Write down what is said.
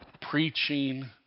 preaching